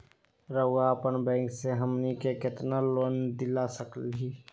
रउरा अपन बैंक से हमनी के कितना लोन दिला सकही?